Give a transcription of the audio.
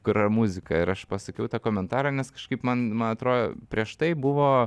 kur yra muzika ir aš pasakiau tą komentarą nes kažkaip man man atro prieš tai buvo